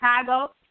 Chicago